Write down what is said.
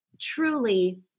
truly